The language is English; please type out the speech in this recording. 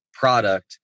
Product